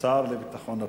השר לביטחון הפנים.